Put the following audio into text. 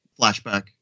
flashback